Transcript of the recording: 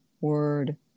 word